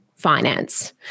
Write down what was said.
finance